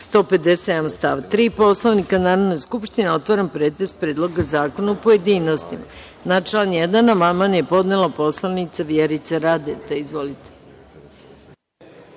157. stav 3. Poslovnika Narodne skupštine, otvaram pretres Predloga zakona u pojedinostima. Na član 1. amandman je podnela poslanica Vjerica Radeta. Izvolite.